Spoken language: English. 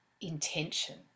intention